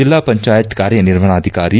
ಜಿಲ್ಲಾ ಪಂಚಾಯತ್ ಕಾರ್ಯನಿರ್ವಣಾಧಿಕಾರಿ ಕೆ